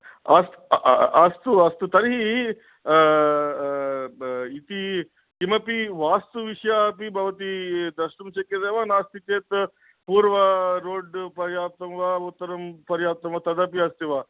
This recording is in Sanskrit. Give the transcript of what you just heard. अस्तु अस्तु तर्हि इति किमपि वास्तु विषये अपि भवती द्रष्टुं शक्यते वा नास्ति चेत् पूर्व रोड् पर्याप्तं वा उत्तरं पर्याप्तं वा तदपि अस्ति वा